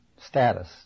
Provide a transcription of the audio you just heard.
status